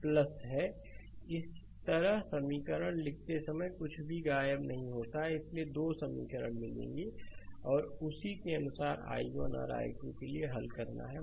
slide समय देखें 0412 इस तरह के समीकरण लिखते समय कुछ भी गायब नहीं होता है इसलिए दो समीकरण मिलेंगे और उसी के अनुसार i1 और i2 के लिए हल करना होगा